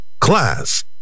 Class